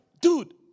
dude